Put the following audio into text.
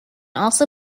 also